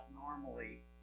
normally